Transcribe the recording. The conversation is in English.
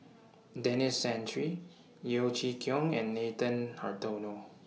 Denis Santry Yeo Chee Kiong and Nathan Hartono